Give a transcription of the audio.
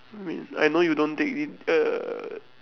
I mean I know you don't take in err